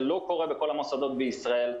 זה לא קורה בכל המוסדות בישראל,